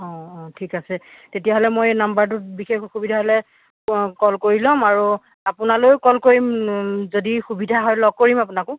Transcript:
অঁ অঁ ঠিক আছে তেতিয়াহ'লে মই নাম্বাৰটোত বিশেষ অসুবিধা হ'লে কল কৰি ল'ম আৰু আপোনালৈও কল কৰিম যদি সুবিধা হয় লগ কৰিম আপোনাকো